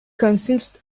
consists